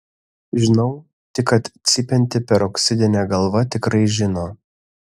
žinau tik kad cypianti peroksidinė galva tikrai žino